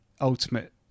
ultimate